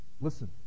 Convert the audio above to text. Listen